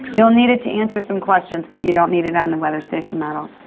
you'll need it to answer some questions, but you don't need it on the weather station model.